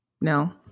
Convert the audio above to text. No